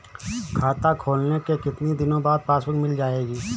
खाता खोलने के कितनी दिनो बाद पासबुक मिल जाएगी?